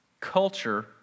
culture